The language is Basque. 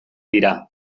dira